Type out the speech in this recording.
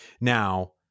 Now